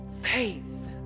faith